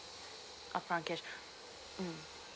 upfront cash mm